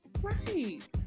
Right